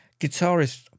Guitarist